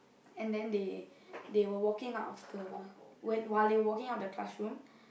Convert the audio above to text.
and then they they were walking out of the while they were walking out of the classroom